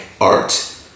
art